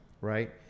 right